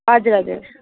हजुर हजुर